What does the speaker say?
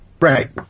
right